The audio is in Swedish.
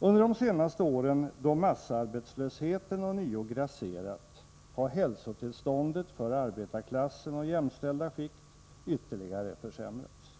Under de senaste åren, då massarbetslösheten ånyo grasserat, har hälsotillståndet för arbetarklassen och jämställda skikt ytterligare försämrats.